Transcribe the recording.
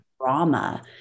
drama